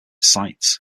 sites